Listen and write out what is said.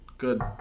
Good